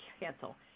cancel